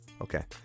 Okay